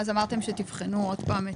אז אמרתם שתבחנו עוד פעם.